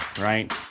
right